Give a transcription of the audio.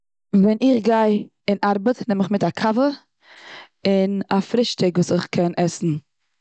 ווען איך גיי און ארבעט נעם איך מיט א קאווע, און א פרישטאג וואס איך קען עסן.